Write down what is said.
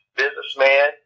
businessman